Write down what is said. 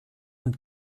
und